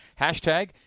Hashtag